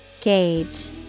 Gauge